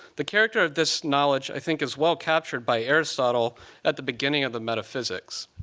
the character of this knowledge, i think, is well captured by aristotle at the beginning of the metaphysics.